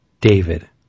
David